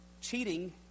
Cheating